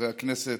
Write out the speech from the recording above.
חברי הכנסת,